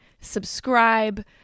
subscribe